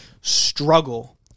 Struggle